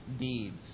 deeds